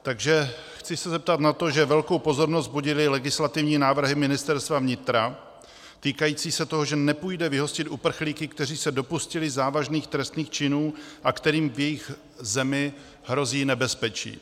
Takže chci se zeptat na to, že velkou pozornost budily legislativní návrhy Ministerstva vnitra týkající se toho, že nepůjde vyhostit uprchlíky, kteří se dopustili závažných trestných činů a kterým v jejich zemi hrozí nebezpečí.